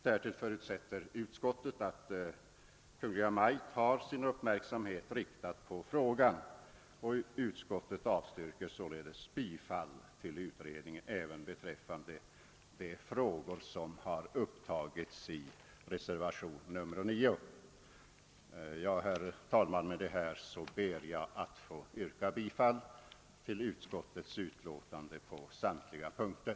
Utskottet förutsätter dessutom att Kungl. Maj:t har sin uppmärksamhet riktad på frågan och avstyrker således yrkandena om utredning även beträffande de frågor som har tagits upp i reservationen 9. Herr talman! Med detta ber jag att få yrka bifall till utskottets hemställan på samtliga punkter.